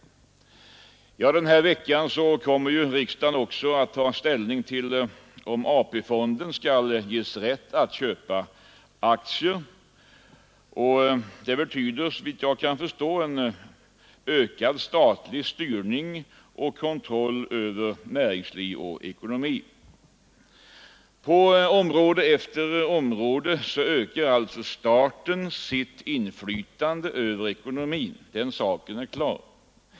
Denna vecka kommer riksdagen också att ta ställning till om AP-fonden skall ges rätt att köpa aktier. Det betyder, såvitt jag kan förstå, en ökad statlig styrning och kontroll över näringsliv och ekonomi. På område efter område ökar alltså staten sitt inflytande över ekonomin. Den saken är klar.